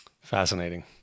Fascinating